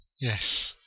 Yes